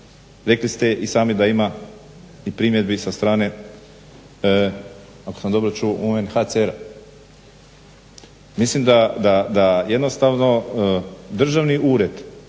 Rekli ste i sami da ima i primjedbi sa strane, ako sam dobro čuo UNHCR-a? Mislim da jednostavno državni ured